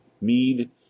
mead